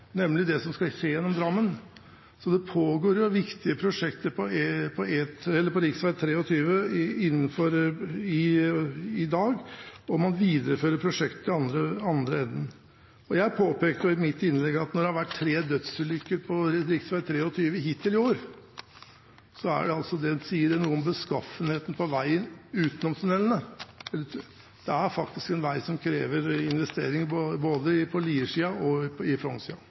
nemlig det som skal skje gjennom Drammen. Så det pågår viktige prosjekter på rv. 23 i dag, og man viderefører prosjektet i den andre enden. Jeg påpekte i mitt innlegg at når det har vært tre dødsulykker på rv. 23 hittil i år, sier det noe om beskaffenheten på veien utenom tunellene. Det er faktisk en vei som krever investeringer, både på Lier-siden og på Frogn-siden. Flere har ikke bedt om ordet til sak nr. 5. Etter ønske fra transport- og